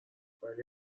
ولی